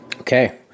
Okay